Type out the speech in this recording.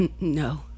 No